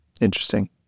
Interesting